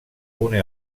une